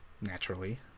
Naturally